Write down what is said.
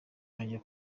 nkajya